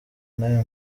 ntayo